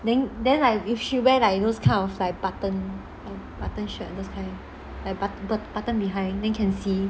then then like if she wear like those kind of like button button shirt those kind like button button behind then can see